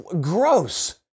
Gross